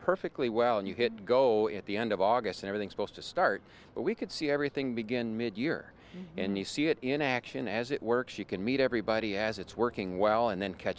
perfectly well and you could go at the end of august everything supposed to start but we could see everything begin mid year and you see it in action as it works you can meet everybody as it's working well and then c